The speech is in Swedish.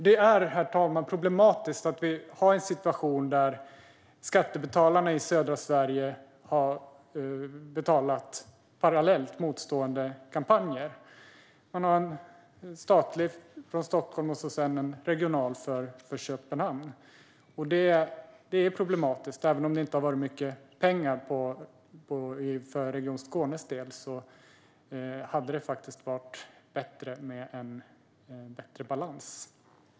Det är, herr talman, problematiskt att vi har en situation där skattebetalarna i södra Sverige har betalat parallella kampanjer. Det är en statlig för Stockholm och en regional för Köpenhamn. Det är problematiskt. Även om det inte har varit mycket pengar för Region Skånes del hade det varit bättre med en bättre balans.